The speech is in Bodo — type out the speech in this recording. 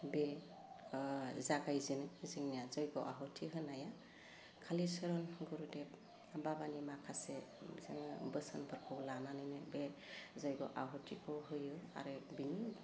बे ओह जागाय जेनो जोंनिया जय्ग' आहुथि होनाया कालिचरन गुरुदेब बाबानि माखासे जोङो बोसोन फोरखौ लानानैनो बे जय्ग' आहुथिखौ होयो आरो बेनि